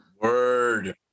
word